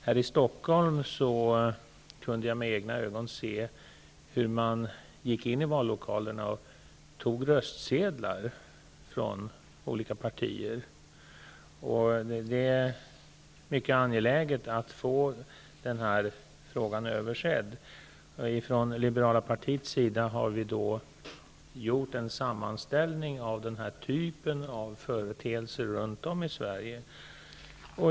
Här i Stockholm kunde jag med egna ögon se hur man gick in i vallokalerna och tog olika partiers röstsedlar. Det är mycket angeläget att denna fråga ses över. Från Liberala partiets sida har vi gjort en sammanställning av denna typ av företeelser runt om i Sverige.